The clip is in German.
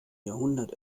jahrhundert